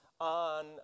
on